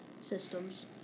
systems